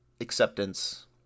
acceptance